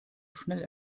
schnell